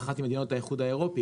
באחת ממדינות האיחוד האירופי,